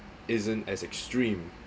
isn't as extreme